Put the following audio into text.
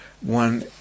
one